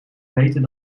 beter